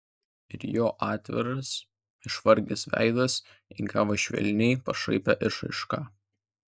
ir jo atviras išvargęs veidas įgavo švelniai pašaipią išraišką